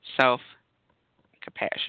self-compassion